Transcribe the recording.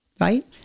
right